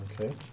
Okay